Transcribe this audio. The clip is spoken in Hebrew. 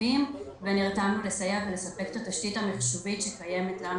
רבים ונרתמנו לסייע ולספק את התשתית המיחשובית שקיימת לנו